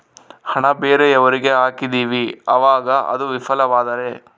ಹಣ ಬೇರೆಯವರಿಗೆ ಹಾಕಿದಿವಿ ಅವಾಗ ಅದು ವಿಫಲವಾದರೆ?